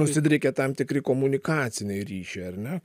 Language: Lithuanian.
nusidriekė tam tikri komunikaciniai ryšiai ar ne